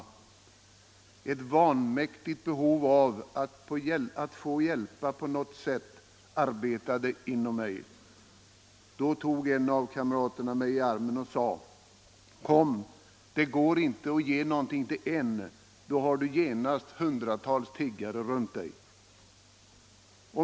Jag kände ett vanmäktigt behov inom mig att få hjälpa på något sätt. Då tog en av kamraterna mig i armen och sade: Kom, det går inte att ge något till en, då har du genast hundratals tiggare runt dig.